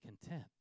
content